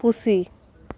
ᱯᱩᱥᱤ